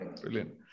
brilliant